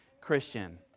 Christian